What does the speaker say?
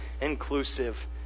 inclusive